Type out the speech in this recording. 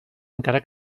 encara